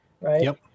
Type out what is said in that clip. Right